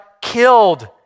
killed